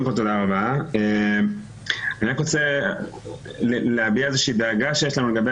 אני רק רוצה להביע איזו שהיא דאגה שיש לנו לגבי